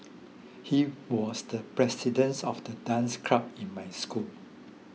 he was the presidents of the dance club in my school